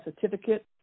certificate